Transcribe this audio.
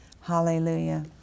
Hallelujah